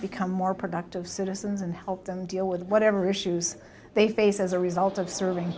become more productive citizens and help them deal with whatever issues they face as a result of serving